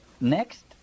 Next